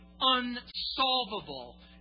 unsolvable